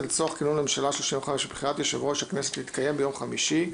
לצורך כינון הממשלה ה־35 ובחירת יושב-ראש הכנסת תתקיים ביום חמישי,